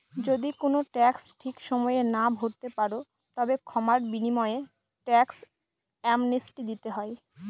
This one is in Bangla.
যদি কোনো ট্যাক্স ঠিক সময়ে না ভরতে পারো, তবে ক্ষমার বিনিময়ে ট্যাক্স অ্যামনেস্টি দিতে হয়